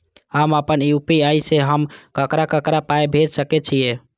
हम आपन यू.पी.आई से हम ककरा ककरा पाय भेज सकै छीयै?